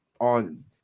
on